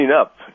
up